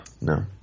no